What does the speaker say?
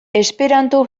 esperanto